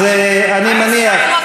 אז אני מניח, הוא התכוון לכיבוש.